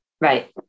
Right